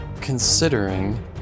considering